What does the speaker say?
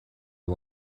you